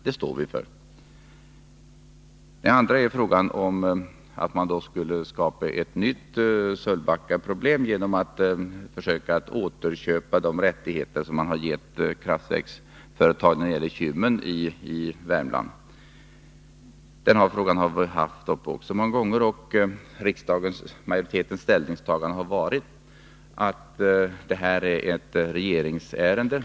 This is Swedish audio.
Det andra slaget av yrkanden syftar till att vi skulle skapa ett nytt Sölvbackaproblem genom att försöka återköpa de rättigheter som regeringen har givit kraftverksföretagen i Kymmen i Värmland. Också den frågan har varit uppe till behandling i riksdagen många gånger, och riksdagsmajoritetens ställningstagande har varit att detta är ett regeringsärende.